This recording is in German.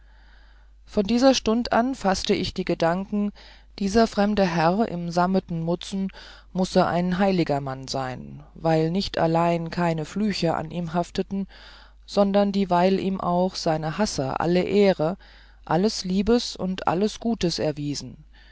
von dieser stund an faßte ich die gedanken dieser fremde herr im sammeten mutzen müsse ein heiliger mann sein weil nicht allein keine flüche an ihm hafteten sondern dieweil ihm auch seine hasser alle ehre alles liebes und alles gutes erwiesen